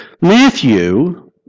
Matthew